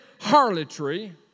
harlotry